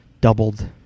doubled